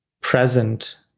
present